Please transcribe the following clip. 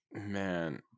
man